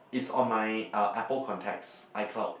it's on my uh Apple contacts iCloud